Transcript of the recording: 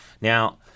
Now